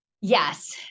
Yes